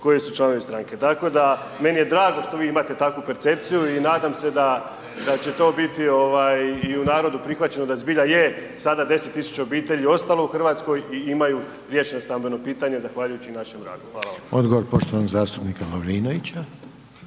koji su članovi stranke. Tako da meni je drago što vi imate takvu percepciju i nadam se da će to biti i u narodu prihvaćeno da zbilja je sada 10000 ostalo u Hrvatskoj i imaju riješeno stambeno pitanje zahvaljujući našem radu. Hvala.